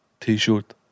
T-shirt